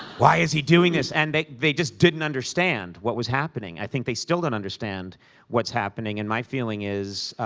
why is he doing this? and they they didn't understand what was happening. i think they still don't understand what's happening. and my feeling is,